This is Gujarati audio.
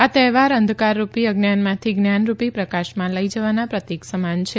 આ તહેવાર અંધકારરૂપી અજ્ઞાનમાંથી જ્ઞાનરૂપી પ્રકાશમાં લઈ જવાના પ્રતીક સમાન છે